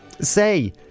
Say